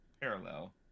parallel